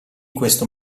questo